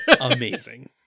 Amazing